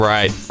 Right